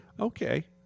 Okay